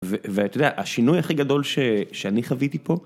ואתה יודע, השינוי הכי גדול שאני חוויתי פה.